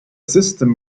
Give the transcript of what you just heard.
system